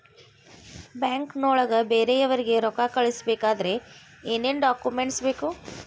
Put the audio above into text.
ಬ್ಯಾಂಕ್ನೊಳಗ ಬೇರೆಯವರಿಗೆ ರೊಕ್ಕ ಕಳಿಸಬೇಕಾದರೆ ಏನೇನ್ ಡಾಕುಮೆಂಟ್ಸ್ ಬೇಕು?